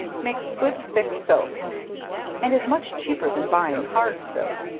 makes good thick soap and is much cheaper than buying hard soap.